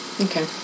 okay